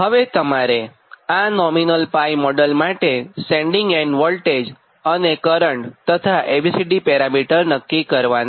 તો હવે તમારે આ નોમિનલ મોડલ માટે સેન્ડિંગ એન્ડ વોલ્ટેજ અને કરંટ તથા A B C D parameter નક્કી કરવાનાં છે